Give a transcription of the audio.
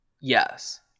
Yes